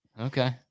Okay